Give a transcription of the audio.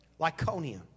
Lyconia